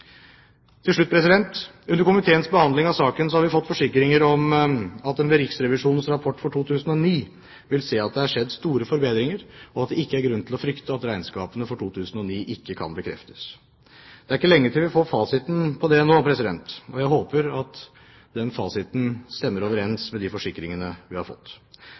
Til slutt: Under komiteens behandling av saken har vi fått forsikringer om at en ved Riksrevisjonens rapport for 2009 vil se at det har skjedd store forbedringer, og at det ikke er grunn til å frykte at regnskapene for 2009 ikke kan bekreftes. Det er ikke lenge til vi nå får fasiten på det, og jeg håper at den fasiten stemmer overens med de forsikringene vi har fått.